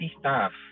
staff